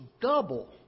double